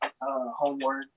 homework